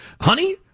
honey